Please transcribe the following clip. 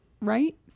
right